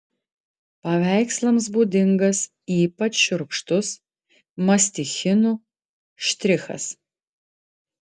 paveikslams būdingas ypač šiurkštus mastichinų štrichas